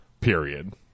period